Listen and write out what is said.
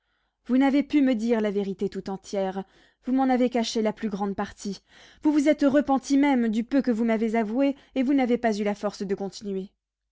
vous n'avez pu me dire la vérité tout entière vous m'en avez caché la plus grande partie vous vous êtes repentie même du peu que vous m'avez avoué et vous n'avez pas eu la force de continuer